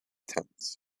tent